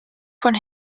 von